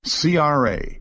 CRA